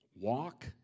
Walk